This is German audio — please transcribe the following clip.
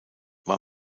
war